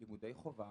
לימודי חובה